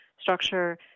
structure